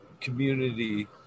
community